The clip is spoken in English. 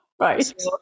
Right